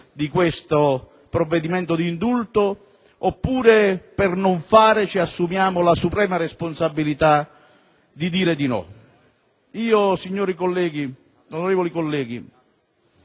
di questo provvedimento di indulto, oppure, per non fare, ci assumiamo la suprema responsabilità di dire di no? Onorevoli colleghi,